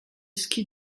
ski